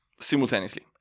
simultaneously